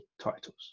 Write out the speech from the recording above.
titles